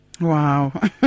Wow